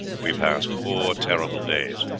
we passed four terrible days,